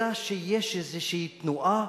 אלא יש איזו תנועה,